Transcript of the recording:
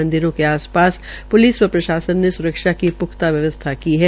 मंदिरों के आसपास पुलिस व प्रशासन ने सुरक्षा के पुखता व्यवस्था की है